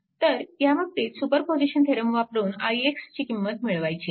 तर ह्या बाबतीत सुपरपोजिशन थेरम वापरून ix ची किंमत मिळवायची आहे